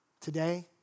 Today